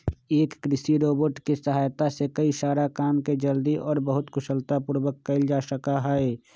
एक कृषि रोबोट के सहायता से कई सारा काम के जल्दी और बहुत कुशलता पूर्वक कइल जा सका हई